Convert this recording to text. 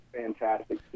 fantastic